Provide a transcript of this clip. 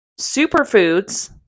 Superfoods